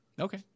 Okay